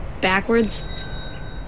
backwards